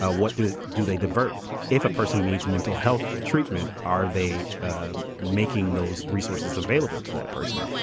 ah what do do they divert if a person needs mental health treatment. are they ah making those resources available to that person.